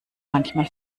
manchmal